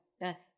Yes